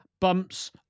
bumps